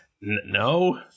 No